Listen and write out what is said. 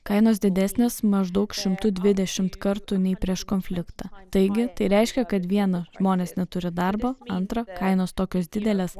kainos didesnės maždaug šimtu dvidešimt kartų nei prieš konfliktą taigi tai reiškia kad viena žmonės neturi darbo antra kainos tokios didelės